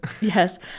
yes